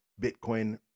Bitcoin